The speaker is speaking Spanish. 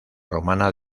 romana